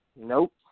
Nope